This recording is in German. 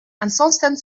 ansonsten